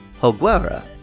Hoguera